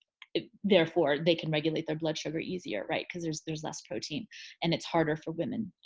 therefore, they can regulate their blood sugar easier, right? cause there's there's less protein and it's harder for women.